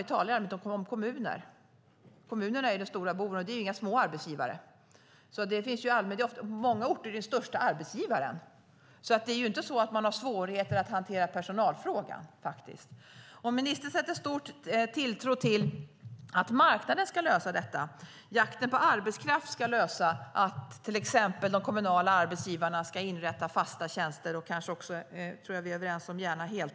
Vi talar i allmänhet om kommuner. Kommunerna är den stora boven. Det är inga små arbetsgivare. På många orter är det den största arbetsgivaren. Det är inte så att man har svårigheter att hantera personalfrågan. Ministern sätter stor tilltro till att marknaden ska lösa detta. Jakten på arbetskraft ska leda till att exempelvis de kommunala arbetsgivarna inrättar fasta tjänster och gärna också heltider, vilket jag tror att vi är överens om vore bra.